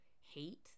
hate